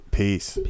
peace